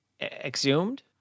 exhumed